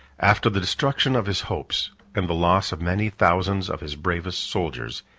after the destruction of his hopes, and the loss of many thousands of his bravest soldiers,